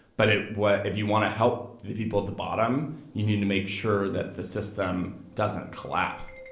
but it was if you want to help the people at the bottom you need to make sure that the system doesn't collapse